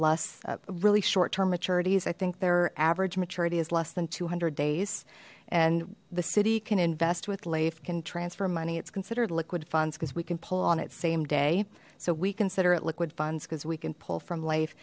less really short term maturities i think their average maturity is less than two hundred days and the city can invest with lafe can transfer money it's considered liquid funds because we can pull on it same day so we consider it liquid funds because we can pull from l